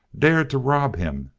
dared to rob him,